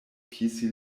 kisi